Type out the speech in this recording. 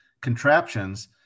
contraptions